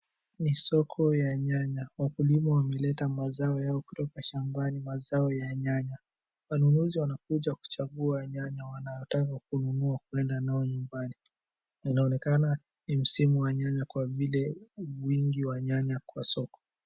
Ni soko ya nyanya. Wakulima wameleta mazao yao kutoka shambani, mazao ya nyanya. Wanunuzi wanakuja kuchagua nyanya, wanataka kununua kwenda nayo nyumbani. Inaonekana ni msimu wa nyanya kwa vile wingi wa nyanya kwa soko.